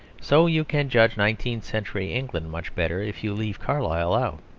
so you can judge nineteenth-century england much better if you leave carlyle out.